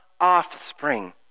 offspring